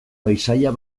paisaia